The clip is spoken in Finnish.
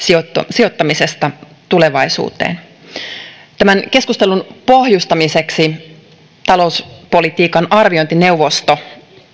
sijoittamisesta tulevaisuuteen tämän keskustelun pohjustamiseksi talouspolitiikan arviointineuvosto